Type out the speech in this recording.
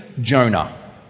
Jonah